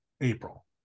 April